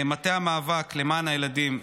מטה המאבק למען הילדים,